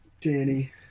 danny